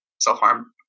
self-harm